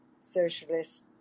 Socialist